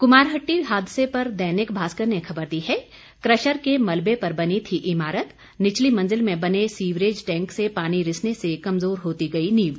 कुमारहट्टी हादसे पर दैनिक भास्कर ने खबर दी है कशर के मलबे पर बनी थी इमारत निचली मंजिल में बने सीवरेज टैंक से पानी रिसने से कमजोर होती गई नींव